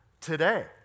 today